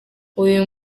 uyu